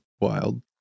wild